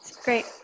Great